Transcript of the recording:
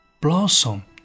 Blossom